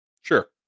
Sure